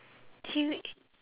he